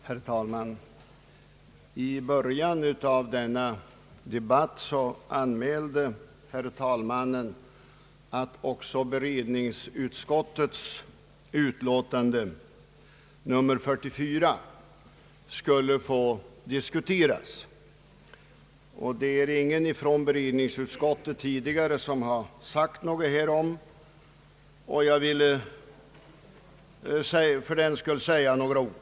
Herr talman! I början av denna debatt anmälde herr talmannen att också allmänna beredningsutskottets utlåtande nr 44 skulle få diskuteras. Ingen från beredningsutskottet har tidigare här i dag hållit något anförande, och jag skulle därför vilja säga några ord.